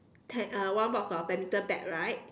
tent uh one box of badminton bat right